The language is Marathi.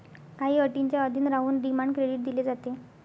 काही अटींच्या अधीन राहून डिमांड क्रेडिट दिले जाते